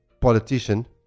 politician